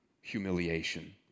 humiliation